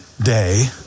day